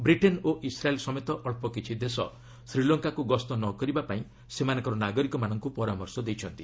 Britain ଓ Israel ସମତେ ଅଳ୍ପ କିଛି ଦେଶ ଶ୍ରୀଲଙ୍କାକୁ ଗସ୍ତ ନ କରିବାକୁ ସେମାନଙ୍କର ନାଗରିକମାନଙ୍କୁ ପରାମର୍ଶ ଦେଇଛନ୍ତି